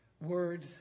word